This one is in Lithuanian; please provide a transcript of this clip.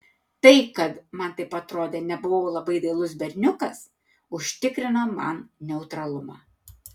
tai kad man taip atrodė nebuvau labai dailus berniukas užtikrino man neutralumą